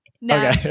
No